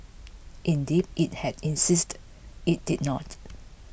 indeed it had insisted it did not